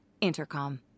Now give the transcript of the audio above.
Intercom